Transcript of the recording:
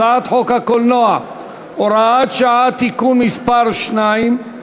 הצעת חוק הקולנוע (הוראת שעה) (תיקון מס' 2),